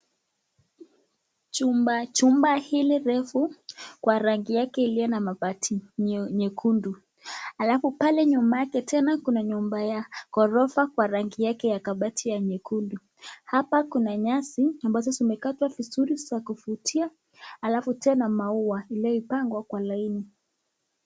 Chumba hili refu kwa rangi yake ilyo na mabati yake nyekundu alafu pale nyuma yake tena kuna nyumba ya ghorofa kwa rangi yake ya kabati ya nyekundu. Hapa kuna nyasi ambazo zimekatwa vizuri za kuvutia alafu tena maua iliyopangwa kwa laini.